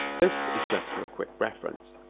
this is just for a quick reference.